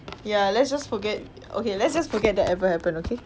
ya let's just forget okay let's just forget that ever happened okay